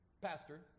pastor